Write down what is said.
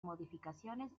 modificaciones